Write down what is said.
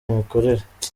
imikorere